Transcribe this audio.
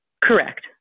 Correct